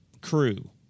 crew